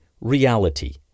reality